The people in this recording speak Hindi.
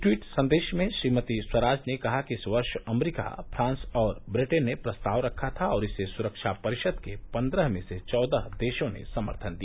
ट्वीट संदेश में श्रीमती स्वराज ने कहा कि इस वर्ष अमरीका फ्रांस और व्रिटेन ने प्रस्ताव रखा था और इसे सुरक्षा परिषद के पन्द्रह में से चौदह देशों ने समर्थन दिया